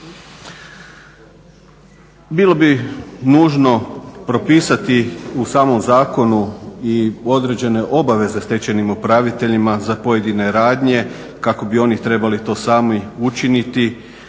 Bilo bi nužno propisati u samom zakonu i određene obaveze stečajnim upraviteljima za pojedine radnje kako bi to trebali oni sami učiniti